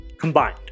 combined